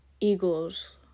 eagles